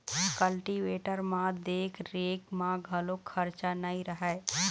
cultivator म देख रेख म घलोक खरचा नइ रहय